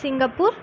Singapore